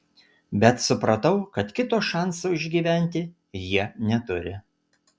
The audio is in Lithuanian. bet supratau kad kito šanso išgyventi jie neturi